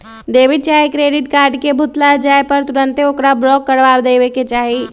debit चाहे credit card के भुतला जाय पर तुन्ते ओकरा ब्लॉक करबा देबेके चाहि